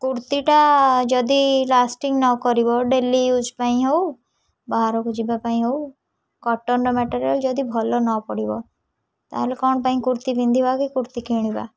କୁର୍ତ୍ତୀଟା ଯଦି ଲାଷ୍ଟିଂ ନ କରିବ ଡେଲି ୟୁଜ୍ ପାଇଁ ହଉ ବାହାରକୁ ଯିବା ପାଇଁ ହଉ କଟନର ମେଟେରିଆଲ୍ ଯଦି ଭଲ ନ ପଡ଼ିବ ତାହେଲେ କ'ଣ ପାଇଁ କୁର୍ତ୍ତୀ ପିନ୍ଧିବା କି କୁର୍ତ୍ତୀ କିଣିବା